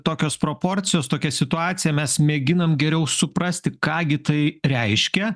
tokios proporcijos tokia situacija mes mėginam geriau suprasti ką gi tai reiškia